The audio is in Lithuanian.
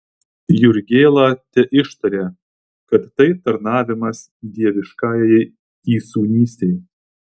jurgėla teištarė kad tai tarnavimas dieviškajai įsūnystei